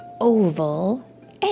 oval